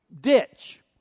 ditch